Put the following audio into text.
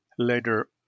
Later